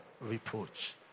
Reproach